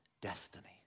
destiny